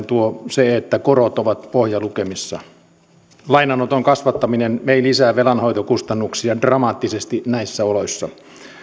tuo se että korot ovat pohjalukemissa lainanoton kasvattaminen ei lisää velanhoitokustannuksia dramaattisesti näissä oloissa